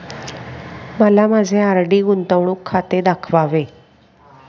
मला माझे आर.डी गुंतवणूक खाते दाखवावे